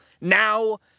Now